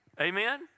Amen